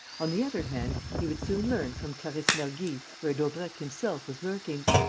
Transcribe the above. on the other hand, he would soon learn from clarisse mergy where daubrecq himself was lurking.